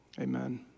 amen